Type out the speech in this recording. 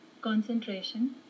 concentration